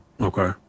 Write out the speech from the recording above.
okay